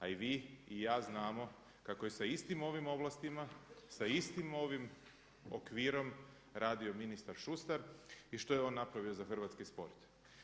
A i vi i ja znamo kako je sa istim ovim ovlastima, sa istim ovim okvirom radio ministar Šustar i što je on napravio za hrvatski sport.